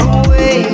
away